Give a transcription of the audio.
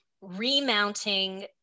remounting